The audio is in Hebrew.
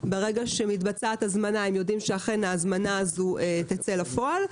ברגע שמתבצעת הזמנה הם יודעים שההזמנה תצא לפועל,